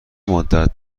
مدّت